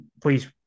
please